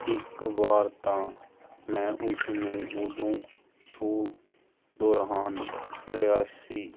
ਇੱਕ ਵਾਰ ਤਾਂ ਮੈਂ ਉਸ ਨੂੰ ਉਦੋਂ ਸ਼ੋਅ ਦੌਰਾਨ ਮਿਲਿਆ ਸੀ